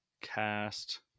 Cast